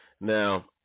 Now